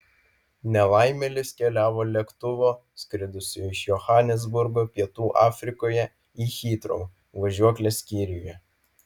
nelaimėlis keliavo lėktuvo skridusio iš johanesburgo pietų afrikoje į hitrou važiuoklės skyriuje